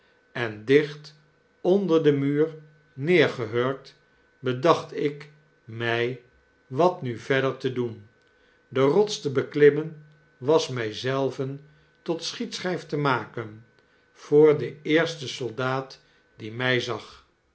en dicht onder den muur neergehurkt bedacht ik mij wat nu verder te doen de rots te beklimmen was my zelven tot schietschyf te maken voor den eersten soldaat die my zag